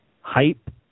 hype